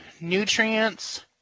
nutrients